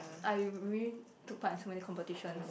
I really took part in so many competitions